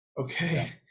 Okay